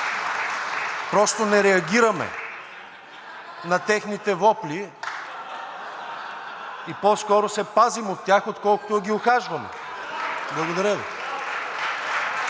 Просто не реагираме на техните вопли и по-скоро се пазим от тях, отколкото да ги ухажваме. Благодаря Ви.